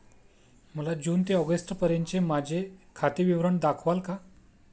मला जून ते ऑगस्टपर्यंतचे माझे खाते विवरण दाखवाल का?